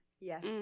Yes